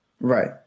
right